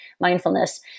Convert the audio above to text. mindfulness